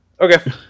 Okay